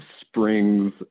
springs